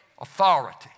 Authority